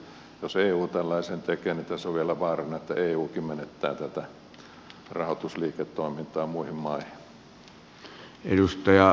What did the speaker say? jos eu tällaisen tekee niin tässä on vielä vaarana että eukin menettää tätä rahoitusliiketoimintaa muihin maihin